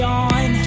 on